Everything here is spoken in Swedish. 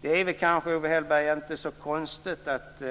Det är kanske, Owe Hellberg, inte så konstigt att